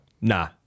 Nah